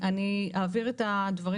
אני אעביר את הדברים,